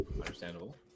Understandable